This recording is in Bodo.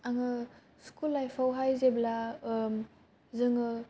आङो स्कुल लायफावहाय जेब्ला जोंङो